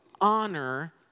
honor